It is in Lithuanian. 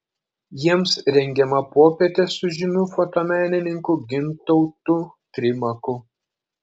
jiems rengiama popietė su žymiu fotomenininku gintautu trimaku